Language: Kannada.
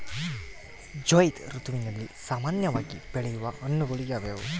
ಝೈಧ್ ಋತುವಿನಲ್ಲಿ ಸಾಮಾನ್ಯವಾಗಿ ಬೆಳೆಯುವ ಹಣ್ಣುಗಳು ಯಾವುವು?